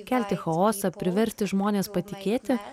kelti chaosą priversti žmones patikėti